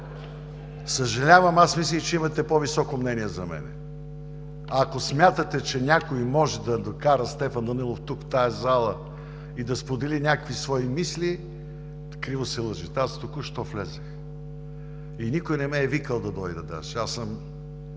съжалявам, мислех, че имате по-високо мнение за мен. Ако смятате, че някой може да докара Стефан Данаилов тук, в тази зала, и да сподели някакви свои мисли, много се лъжете – аз току-що влязох. И даже никой не ме е викал да дойда, аз